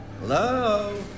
Hello